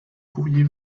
courrier